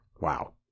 Wow